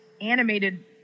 animated